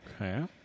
Okay